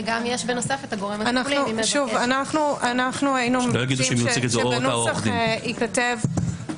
כדי שבית המשפט יבדוק את הדבר.